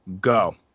Go